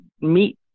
meat